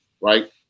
right